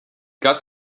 gut